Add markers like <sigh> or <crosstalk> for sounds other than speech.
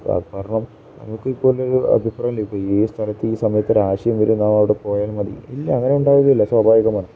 കാരണം നമുക്കിപ്പോഴൊരു <unintelligible> ഈ സ്ഥലത്ത് ഈ സമയത്ത് ഒരാശയം വരും നാം അവിടെ പോയാൽ മതി ഇല്ല അങ്ങനെ ഉണ്ടാവുകയില്ല സ്വാഭാവികമാണ്